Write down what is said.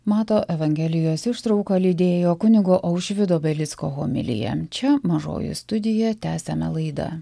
mato evangelijos ištrauką lydėjo kunigo aušvydo belicko homilija čia mažoji studija tęsiame laidą